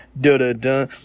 da-da-da